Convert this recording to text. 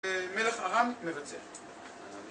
מלך ארם מבצע